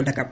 തുടക്കം